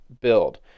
build